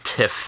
tiff